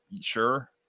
sure